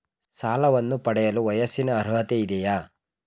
ಸಾಲವನ್ನು ಪಡೆಯಲು ವಯಸ್ಸಿನ ಅರ್ಹತೆ ಇದೆಯಾ?